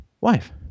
wife